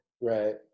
Right